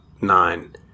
nine